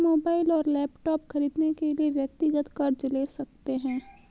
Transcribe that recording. mobile और laptop खरीदने के लिए व्यक्तिगत कर्ज ले सकते है